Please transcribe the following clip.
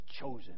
chosen